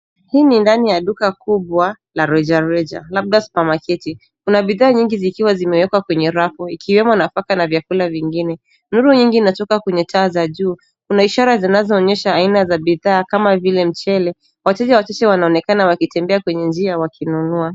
Hii ni ndani ya duka kubwa la rejareja, labda supermarket . Kuna bidhaa nyingi zikiwa zimewekwa kwenye rafu, ikiwemo: nafaka na vyakula vingine. Nuru nyingi inatoka kwenye taa za juu. Kuna ishara zinazoonyesha aina za bidhaa kama vile mchele. Wateja wachache wanaonekana wakitembea kwenye njia wakinunua.